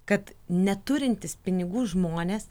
kad neturintys pinigų žmonės